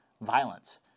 violence